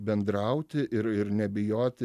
bendrauti ir ir nebijoti